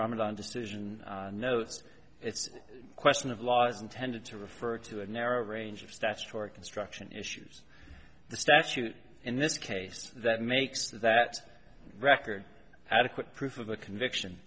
ramadan decision notes it's a question of law is intended to refer to a narrow range of statutory construction issues the statute in this case that makes that record adequate proof of a conviction